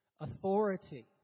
Authority